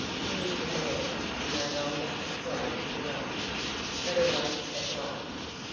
he is a man no longer a slave to rum but a wake at last.